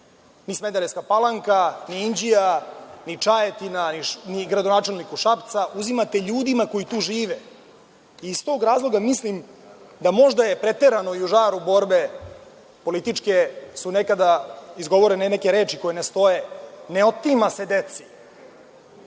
ni Smederevska Palanka, ni Inđija, ni Čajetina, ni gradonačelniku Šapca, uzimate ljudima koji tu žive. Iz tog razloga mislim da možda je preterano i u žaru borbe političke su izgovorene neke reči koje ne stoje, ne otima se deci,